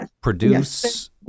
produce